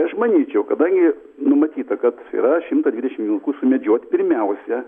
aš manyčiau kadangi numatyta kad yra šimtą dvidešimt vilkų sumedžiot pirmiausia